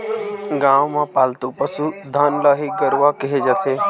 गाँव म पालतू पसु धन ल ही गरूवा केहे जाथे